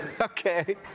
Okay